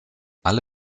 alle